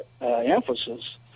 emphasis